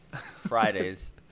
Fridays